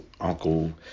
uncle